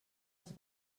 els